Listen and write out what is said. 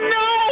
no